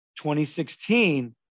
2016